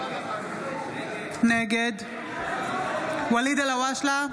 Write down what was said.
נגד ואליד אלהואשלה,